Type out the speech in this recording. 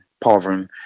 poverty